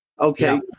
Okay